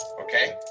okay